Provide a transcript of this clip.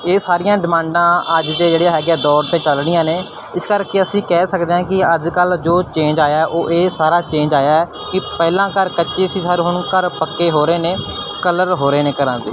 ਇਹ ਸਾਰੀਆਂ ਡਿਮਾਂਡਾਂ ਅੱਜ ਦੇ ਜਿਹੜੇ ਹੈਗੇ ਦੌਰ 'ਤੇ ਚੱਲ ਰਹੀਆਂ ਨੇ ਇਸ ਕਰਕੇ ਅਸੀਂ ਕਹਿ ਸਕਦੇ ਹਾਂ ਕਿ ਅੱਜ ਕੱਲ੍ਹ ਜੋ ਚੇਂਜ ਆਇਆ ਉਹ ਇਹ ਸਾਰਾ ਚੇਂਜ ਆਇਆ ਕਿ ਪਹਿਲਾਂ ਘਰ ਕੱਚੇ ਸੀ ਸਰ ਹੁਣ ਘਰ ਪੱਕੇ ਹੋ ਰਹੇ ਨੇ ਕਲਰ ਹੋ ਰਹੇ ਨੇ ਘਰਾਂ 'ਤੇ